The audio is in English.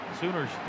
Sooners